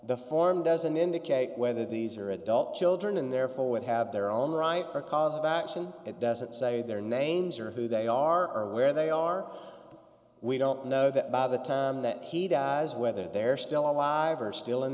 the form doesn't indicate whether these are adult children and therefore would have their own right or cause of action it doesn't say their names or who they are where they are we don't know that by the time that he dies whether they're still alive or st